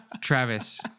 Travis